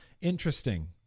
Interesting